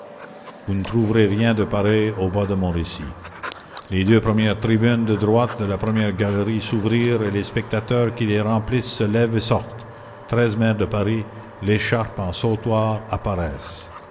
vous ne trouverez rien de pareil au bas de mon récit les deux premières tribunes de droite de la première galerie s'ouvrirent et les spectateurs qui les remplissent se lèvent et sortent treize maires de paris l'écharpe en sautoir apparaissent